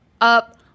up